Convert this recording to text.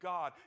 God